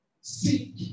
Seek